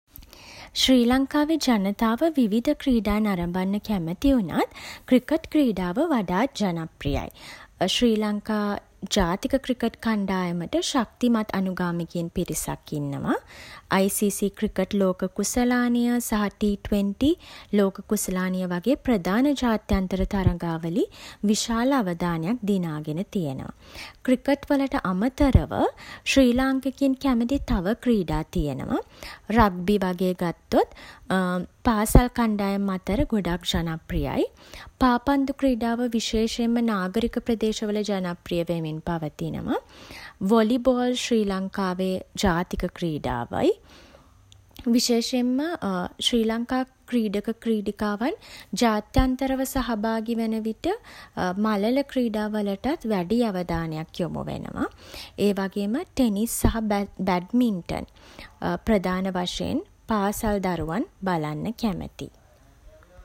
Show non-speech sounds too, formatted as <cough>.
ශ්‍රී ලංකාවේ ජනතාව විවිධ ක්‍රීඩා නරඹන්න කැමති වුණත්, ක්‍රිකට් ක්‍රීඩාව වඩාත් ජනප්‍රියයි. ශ්‍රී ලංකා ජාතික ක්‍රිකට් කණ්ඩායමට ශක්තිමත් අනුගාමිකයන් පිරිසක් ඉන්නවා. ICC ක්‍රිකට් ලෝක කුසලානය සහ T20 ලෝක කුසලානය වගේ ප්‍රධාන ජාත්‍යන්තර තරඟාවලි විශාල අවධානයක් දිනා ගෙන තියෙනවා. ක්‍රිකට් වලට අමතරව, ශ්‍රී ලාංකිකයින් කැමති තව ක්‍රීඩා තියෙනවා. රග්බි වගේ ගත්තොත් <hesitation> පාසල් කණ්ඩායම් අතර ගොඩක් ජනප්‍රියයි. පාපන්දු ක්‍රීඩාව විශේෂයෙන් නාගරික ප්‍රදේශවල ජනප්‍රිය වෙමින් පවතිනවා. වොලිබෝල් ශ්‍රී ලංකාවේ ජාතික ක්‍රීඩාවයි. විශේෂයෙන්ම ශ්‍රී ලංකා ක්‍රීඩක ක්‍රීඩිකාවන් ජාත්‍යන්තරව සහභාගී වන විට මලල ක්‍රීඩා වලටත් වැඩි අවධානයක් යොමු වෙනවා. ඒ වගේම ටෙනිස් සහ බැඩ්මින්ටන් ප්‍රධාන වශයෙන් පාසල් දරුවන් බලන්න කැමතියි.